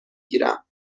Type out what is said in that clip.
گیرم